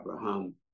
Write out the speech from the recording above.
Abraham